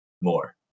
more